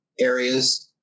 areas